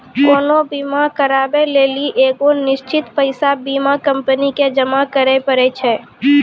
कोनो बीमा कराबै लेली एगो निश्चित पैसा बीमा कंपनी के जमा करै पड़ै छै